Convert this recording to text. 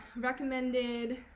recommended